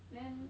then